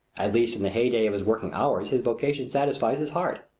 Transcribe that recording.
at least in the heyday of his working hours his vocation satisfies his heart.